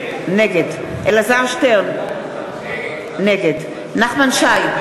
נגד אלעזר שטרן, נגד נחמן שי,